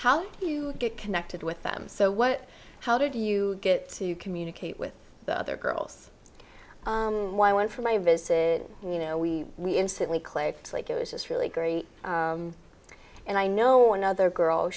do you get connected with them so what how did you get to communicate with the other girls and why one from my visit you know we we instantly clicked like it was just really great and i know another girl